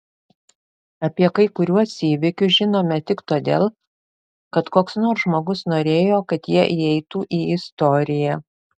apie kai kuriuos įvykius žinome tik todėl kad koks nors žmogus norėjo kad jie įeitų į istoriją